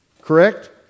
Correct